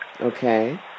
Okay